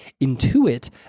intuit